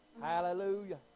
Hallelujah